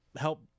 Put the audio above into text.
help